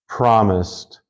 promised